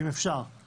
אם אפשר,